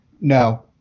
No